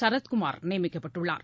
சரத்குமார் நியமிக்கப்பட்டுள்ளார்